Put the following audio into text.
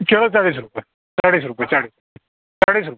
केळं चाळीस रुपये चाळीस रुपये चाळीस चाळीस रुपये